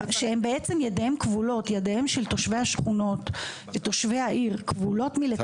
שבעצם ידיהם של תושבי השכונות ותושבי העיר כבולות מלטפל,